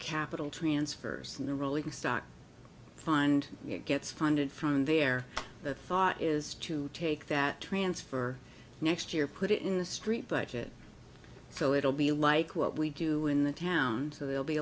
capital transfers and the rolling stock fund gets funded from there the thought is to take that transfer next year put it in the street but it still it'll be like what we do in the town so they'll be